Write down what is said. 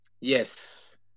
yes